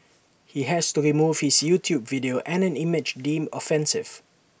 he has to remove his YouTube video and an image deemed offensive